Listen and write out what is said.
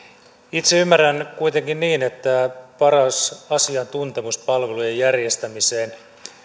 itse ymmärrän kuitenkin niin että paras asiantuntemus palvelujen järjestämiseen